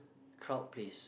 crowd place